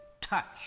touch